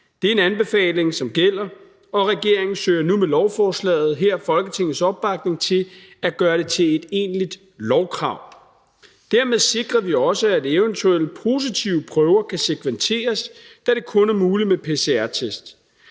Det er en anbefaling, som gælder, og regeringen søger nu med lovforslaget her Folketingets opbakning til at gøre det til et egentligt lovkrav. Dermed sikrer vi også, at eventuelle positive prøver kan sekventeres, da det kun er muligt med pcr-test.